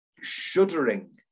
shuddering